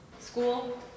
school